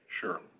Sure